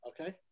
Okay